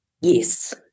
Yes